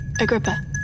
Agrippa